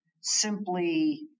simply